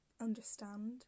understand